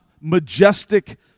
majestic